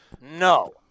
No